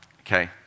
Okay